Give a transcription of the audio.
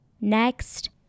Next